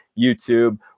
YouTube